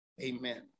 Amen